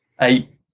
Eight